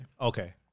Okay